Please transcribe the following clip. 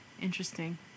Interesting